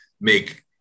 make